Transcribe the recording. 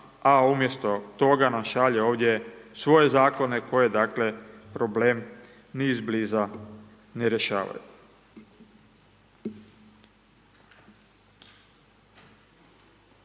a umjesto toga nam šalje ovdje svoje zakone, koje dakle, problem ni izbliza ne rješavaju.